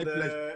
ברשותך.